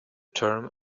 term